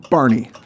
Barney